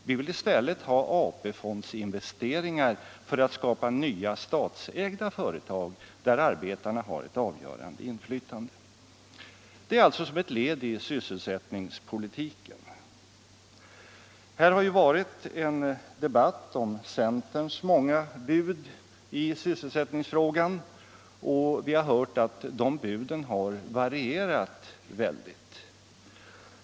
Vi vill i stället ha AP investeringar för att skapa nya statsägda företag, där arbetarna har ett avgörande inflytande. Det är alltså ett led i sysselsättningspolitiken. Här har förts en debatt om centerns många bud i sysselsättningsfrågan, och vi har hört att de buden har varierat kraftigt.